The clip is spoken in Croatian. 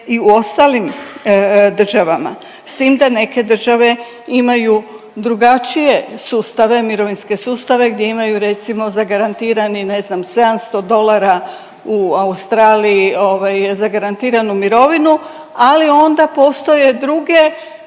i u ostalim državama s tim da neke države imaju drugačije sustave, mirovinske sustave gdje imaju recimo zagarantirani ne znam 700 dolara u Australiji ovaj zagarantiranu mirovinu, ali onda postoje druge,